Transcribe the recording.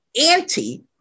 anti